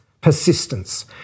persistence